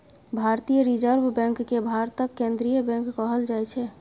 भारतीय reserve bank केँ भारतक केंद्रीय बैंक कहल जाइ छै